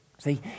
See